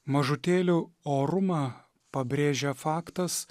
mažutėlių orumą pabrėžia faktas